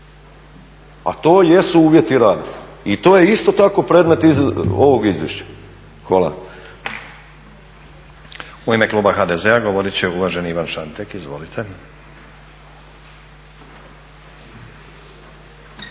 a to jesu uvjeti rada i to je isto tako predmet ovog izvješća. Hvala.